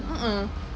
a'ah